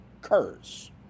curse